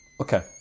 Okay